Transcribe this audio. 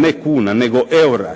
ne kuna nego EUR-a,